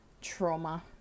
trauma